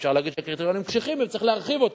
אפשר להגיד שהקריטריונים קשיחים וצריך להרחיב אותם,